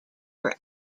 are